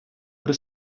при